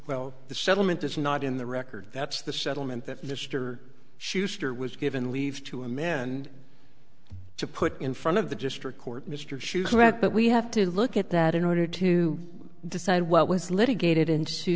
well the settlement is not in the record that's the settlement that mr schuester was given leave to a man to put in front of the district court mr shoes correct but we have to look at that in order to decide what was litigated into